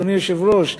אדוני היושב-ראש,